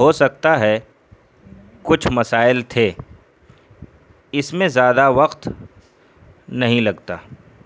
ہو سکتا ہے کچھ مسائل تھے اس میں زیادہ وقت نہیں لگتا